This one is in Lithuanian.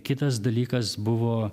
kitas dalykas buvo